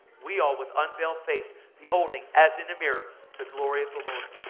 we all with unveiled face beholding as in a mirror the glory of the lord.